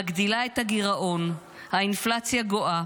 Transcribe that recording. מגדילה את הגירעון, האינפלציה גואה,